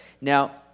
Now